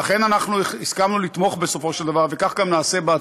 לכן הסכמנו לתמוך, בסופו של דבר,